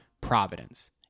Providence